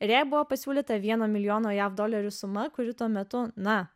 ir jai buvo pasiūlyta vieno milijono jav dolerių suma kuri tuo metu na